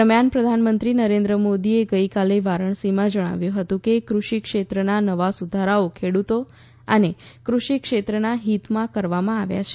દરમિયાન પ્રધાનમંત્રી નરેન્દ્ર મોદીએ ગઈકાલે વારાણસીમાં જણાવ્યું હતું કે કૃષિ ક્ષેત્રના નવા સુધારાઓ ખેડૂતો અને કૃષિ ક્ષેત્રના હિતમાં કરવામાં આવ્યા છે